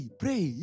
pray